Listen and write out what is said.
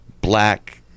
black